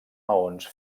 maons